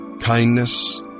kindness